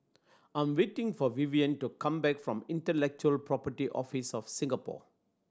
I'm waiting for Vivian to come back from Intellectual Property Office of Singapore